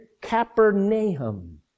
Capernaum